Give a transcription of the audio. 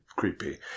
creepy